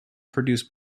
produce